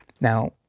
Now